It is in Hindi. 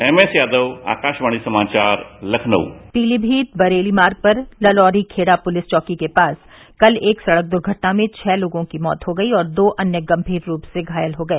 एमएस यादव आकाशवाणी समाचार लखनऊ पीलीमीत बरेली मार्ग पर ललौरीखेड़ा पुलिस चौकी के पास कल एक सड़क दुर्घटना में छह लोगों की मौत हो गई और दो अन्य गंभीर रूप से घायल हो गए